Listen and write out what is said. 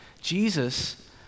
Jesus